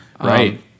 right